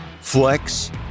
flex